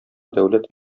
дәүләт